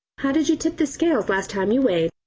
how did you tip the scales last time you weighed,